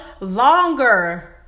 longer